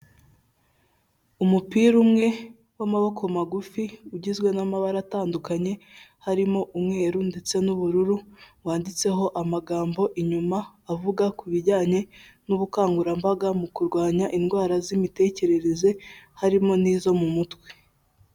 Umupira umwe w'amaboko magufi, ugizwe n'amabara atandukanye, harimo umweru ndetse n'ubururu, wanditseho amagambo inyuma, avuga ku bijyanye n'ubukangurambaga mu kurwanya indwara z'imitekerereze, harimo n'izo mu mutwe.